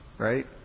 Right